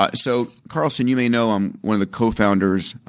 but so, carlson, you may know i am one of the co-founders